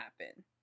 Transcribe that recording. happen